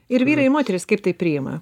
ir vyrai ir moterys kaip tai priima